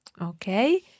Okay